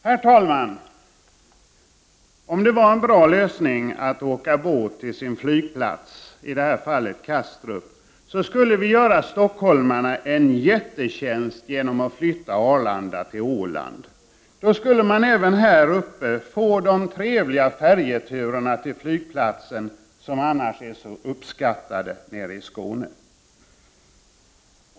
Herr talman! Om det vore en bra lösning att åka båt till flygplatsen — i detta fall Kastrup — skulle vi göra stockholmarna en stor tjänst genom att flytta Arlanda till Åland. Då skulle man även här uppe få de trevliga färjeturerna till flygplatsen som är så uppskattade nere i Skåne.